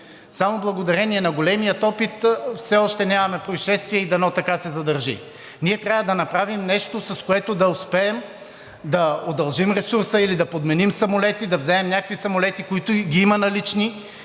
Само благодарение на големия опит все още нямаме произшествия и дано така се задържи. Ние трябва да направим нещо, с което да успеем да удължим ресурса или да подменим самолети, да вземем някакви самолети, които ги има налични,